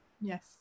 Yes